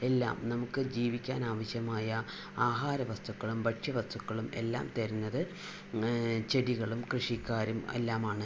എല്ലാം നമുക്ക് ജീവിക്കാൻ ആവശ്യമായ ആഹാര വസ്തുക്കളും ഭക്ഷ്യവസ്തുക്കളും എല്ലാം തരുന്നത് ചെടികളും കൃഷിക്കാരും എല്ലാമാണ്